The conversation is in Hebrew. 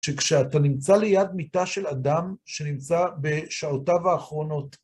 שכשאתה נמצא ליד מיטה של אדם שנמצא בשעותיו האחרונות,